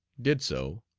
did so,